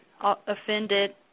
offended